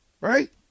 right